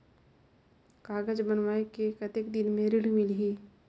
कागज बनवाय के कतेक दिन मे ऋण मिलही?